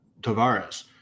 Tavares